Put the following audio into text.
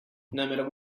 matter